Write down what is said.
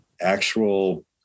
actual